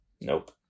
Nope